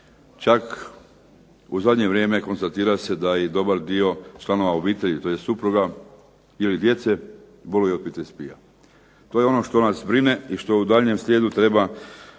čak u zadnje vrijeme konstatira se da i dobar dio članova obitelji, tj. supruga ili djece boluju od PTSP-a. To je ono što nas brine i što u daljnjem slijedu treba